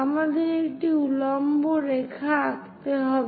আমাদের একটি উল্লম্ব রেখা আঁকতে হবে